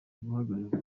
guhagararira